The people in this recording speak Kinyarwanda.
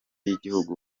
y’igihugu